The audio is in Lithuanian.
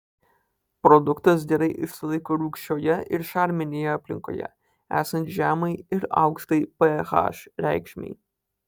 produktas gerai išsilaiko rūgščioje ir šarminėje aplinkoje esant žemai ir aukštai ph reikšmei